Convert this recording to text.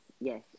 yes